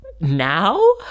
Now